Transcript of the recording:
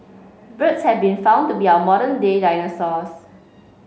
birds have been found to be our modern day dinosaurs